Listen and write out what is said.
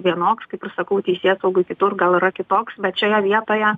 vienoks kaip ir sakau teisėsaugoj kitur gal yra kitoks bet šioje vietoje